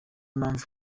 mpamvu